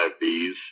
Bees